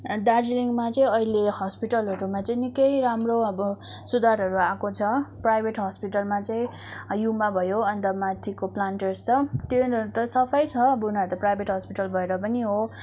दार्जिलिङमा चाहिँ अहिले हस्पिटलहरूमा चाहिँ निक्कै राम्रो अब सुधारहरू आएको छ प्राइभेट हस्पिटलमा चाहिँ युमा भयो अन्त माथिको प्लान्टर्स छ त्योहरू त सफा नै छ अब उनीहरू त प्राइभेट हस्पिटल भएर पनि हो